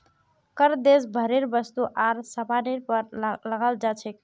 कर देश भरेर वस्तु आर सामानेर पर लगाल जा छेक